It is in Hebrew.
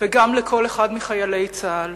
וגם לכל אחד מחיילי צה"ל: